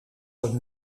een